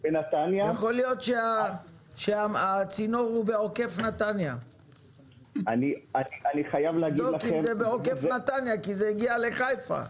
יכול להיות שהצינור הוא בעוקף נתניה כי זה הגיע לחיפה.